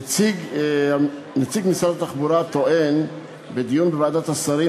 נציג משרד התחבורה טוען בדיון בוועדת השרים